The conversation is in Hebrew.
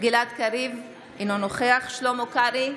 גלעד קריב, אינו נוכח שלמה קרעי,